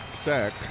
Sack